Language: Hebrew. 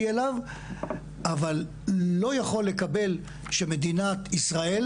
אליו אבל לא יכול לקבל שמדינת ישראל